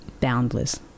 boundless